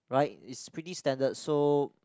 right is pretty standard so